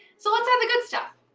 so let's add the good stuff.